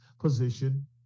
position